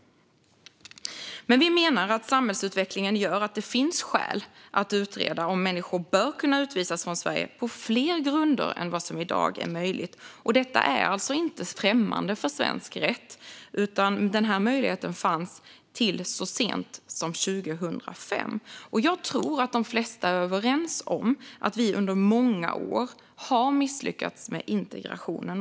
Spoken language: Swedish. Men vi menar att samhällsutvecklingen gör att det finns skäl att utreda om människor bör kunna utvisas från Sverige på fler grunder än vad som i dag är möjligt. Och detta är alltså inte främmande för svensk rätt, utan denna möjlighet fanns till så sent som 2005. Jag tror att de flesta är överens om att vi under många år har misslyckats med integrationen.